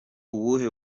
ubuhe